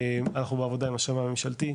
אנחנו בעבודה עם השמאי הממשלתי,